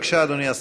בבקשה, אדוני השר.